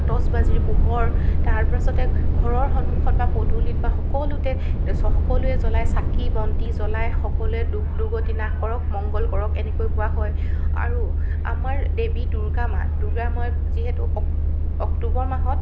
আটচবাজীৰ পোহৰ তাৰপাছতে ঘৰৰ সন্মুখত বা পদূলিত বা সকলোতে চ সকলোৱে জ্বলায় চাকি বন্তি জ্বলাই সকলোৱে দুখ দুৰ্গতি নাশ কৰক মঙ্গল কৰক এনেকৈ কোৱা হয় আৰু আমাৰ দেৱী দূৰ্গা মা দূৰ্গা মা যিহেতু অক অক্টোবৰ মাহত